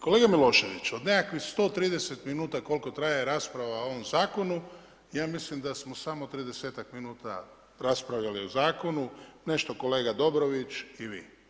Kolega Milošević, od nekakvih 130 minuta koliko traje rasprava o ovom zakonu, ja mislim da smo samo tridesetak minuta raspravljali o zakonu, nešto kolega Dobrović i vi.